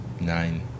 nine